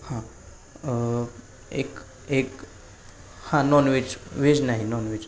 हां एक एक हां नॉनव्हेज व्हेज नाही नॉनव्हेज